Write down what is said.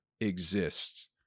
exists